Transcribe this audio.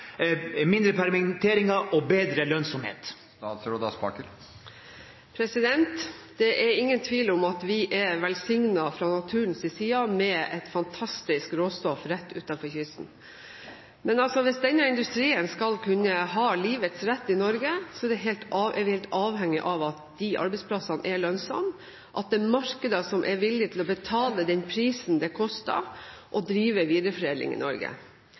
Det er ingen tvil om at vi fra naturens side er velsignet med et fantastisk råstoff rett utenfor kysten. Men hvis denne industrien skal kunne ha livets rett i Norge, er vi helt avhengige av at de arbeidsplassene er lønnsomme, at det er markeder som er villige til å betale det det koster å drive videreforedling i Norge.